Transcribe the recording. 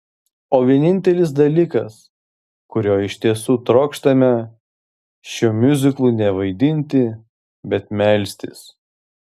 o vienintelis dalykas kurio iš tiesų trokštame šiuo miuziklu ne vaidinti bet melstis